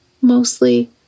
Mostly